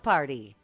Party